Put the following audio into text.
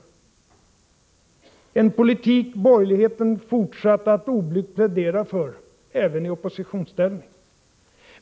Det är en politik borgerligheten fortsatt att oblygt plädera för även i oppositionsställning.